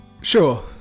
Sure